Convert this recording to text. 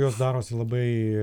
jos darosi labai